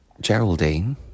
Geraldine